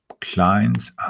clients